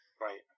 Right